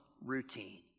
routine